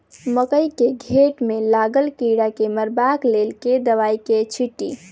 मकई केँ घेँट मे लागल कीड़ा केँ मारबाक लेल केँ दवाई केँ छीटि?